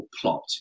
plot